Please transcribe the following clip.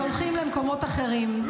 אז הולכים למקומות אחרים.